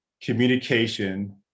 communication